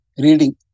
Reading